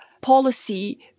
policy